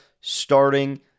starting